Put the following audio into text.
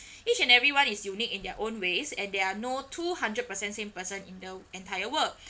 each and everyone is unique in their own ways and there are no two hundred percent same person in the entire world